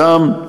שם,